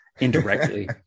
indirectly